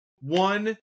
one